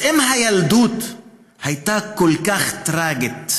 אז אם הילדות הייתה כל כך טרגית,